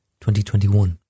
2021